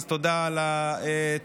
תודה על התמיכה,